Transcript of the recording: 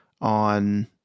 on